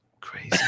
crazy